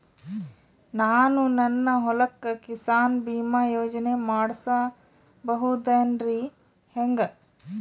ನಾನು ನನ್ನ ಹೊಲಕ್ಕ ಕಿಸಾನ್ ಬೀಮಾ ಯೋಜನೆ ಮಾಡಸ ಬಹುದೇನರಿ ಹೆಂಗ?